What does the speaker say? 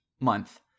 month